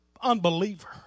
unbeliever